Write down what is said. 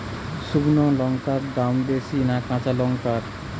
শুক্নো লঙ্কার দাম বেশি না কাঁচা লঙ্কার?